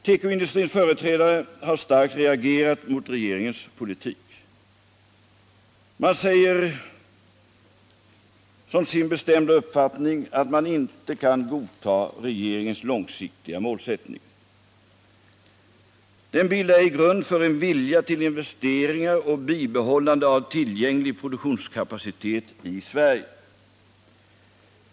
Tekoindustrins företrädare har starkt reagerat mot regeringens politik och uttalat såsom sin bestämda uppfattning att man inte kan godta regeringens långsiktiga målsättning. Den bildar ej grund för en vilja till investeringar och bibehållande av tillgänglig produktionskapacitet i Sverige.